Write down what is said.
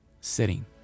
sitting